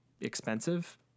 expensive